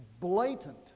blatant